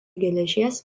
geležies